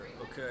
Okay